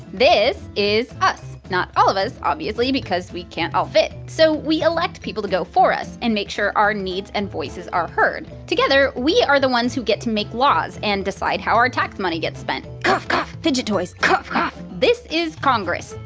this is us not all of us, obviously because we can't all fit. so we elect people to go for us and make sure our needs and voices are heard. together, we are the ones who get to make laws, and decide how our tax money gets spent cough cough fidget toys cough cough this is congress,